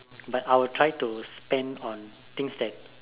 but I will try to spend on things that